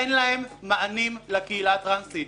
אין להם מענים לקהילה הטרנסית.